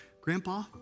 Grandpa